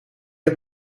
heb